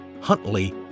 Huntley